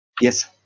Yes